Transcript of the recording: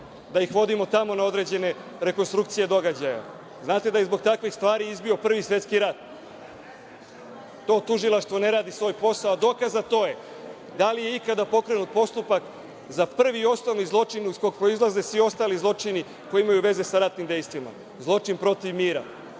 da ih vodimo tamo na određene rekonstrukcije događaja? Znate da je zbog takvih stvari izbio Prvi svetski rat. To tužilaštvo ne radi svoj posao, a dokaz za to je, da li je ikada pokrenut postupak za prvi i osnovni zločin iz kog proizilaze svi ostali zločini koji imaju veze sa ratnim dejstvima, zločin protiv mira?